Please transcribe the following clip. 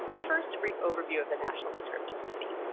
first a brief overview of the national descriptive study.